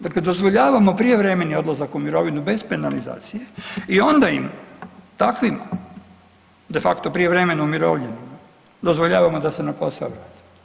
Dakle, dozvoljavamo prijevremeni odlazak u mirovinu bez penalizacije i onda im takvim de facto prijevremeno umirovljenim dozvoljavamo da se na posao vrate.